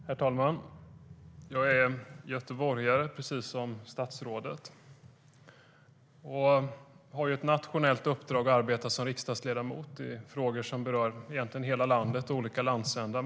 Herr talman! Jag är göteborgare, precis som statsrådet, och jag har som riksdagsledamot ett nationellt uppdrag att arbeta med frågor som berör hela landet och olika landsändar.